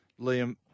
Liam